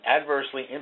Adversely